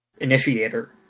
initiator